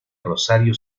rosario